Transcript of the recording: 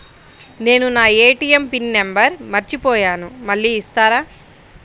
నేను నా ATM pin number మర్చిపోయాను మళ్ళీ ఇస్తారా?